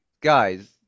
guys